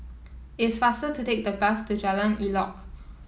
it's faster to take the bus to Jalan Elok